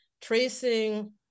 tracing